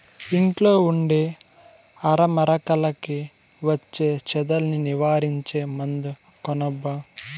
ఇంట్లో ఉండే అరమరలకి వచ్చే చెదల్ని నివారించే మందు కొనబ్బా